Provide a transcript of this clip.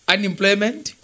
Unemployment